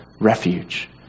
refuge